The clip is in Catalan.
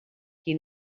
qui